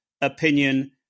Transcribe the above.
opinion